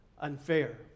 unfair